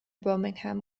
birmingham